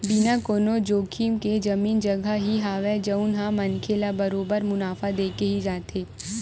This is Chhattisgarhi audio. बिना कोनो जोखिम के जमीन जघा ही हवय जउन ह मनखे ल बरोबर मुनाफा देके ही जाथे